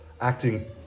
acting